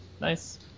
Nice